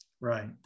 right